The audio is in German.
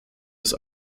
des